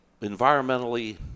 environmentally